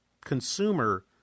consumer